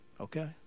Okay